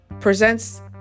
presents